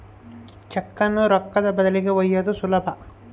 ಚೆಕ್ಕುನ್ನ ರೊಕ್ಕದ ಬದಲಿಗಿ ಒಯ್ಯೋದು ಸುಲಭ